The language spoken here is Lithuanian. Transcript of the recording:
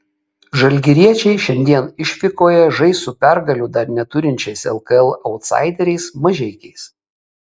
žalgiriečiai šiandien išvykoje žais su pergalių dar neturinčiais lkl autsaideriais mažeikiais